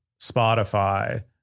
Spotify